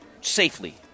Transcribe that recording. safely